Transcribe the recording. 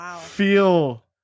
feel